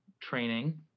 training